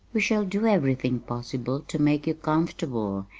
we shall do everything possible to make you comfortable,